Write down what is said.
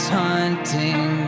hunting